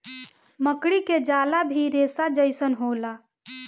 मकड़ी के जाला भी रेसा जइसन होला